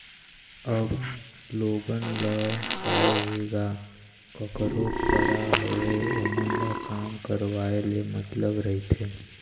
अब लोगन ल काय हे गा कखरो करा होवय ओमन ल काम करवाय ले मतलब रहिथे